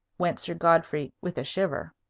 went sir godfrey, with a shiver.